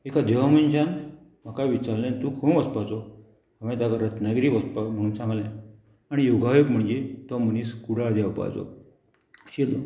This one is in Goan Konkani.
एका देवा मनशान म्हाका विचारलें तूं खंय वचपाचो हांवें ताका रत्नागिरी वचपाक म्हणून सांगलें आनी योगायूक म्हणजे तो मनीस कुडाळ देंवपाचो आशिल्लो